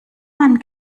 mann